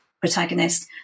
protagonist